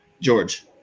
George